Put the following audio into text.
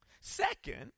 second